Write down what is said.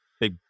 big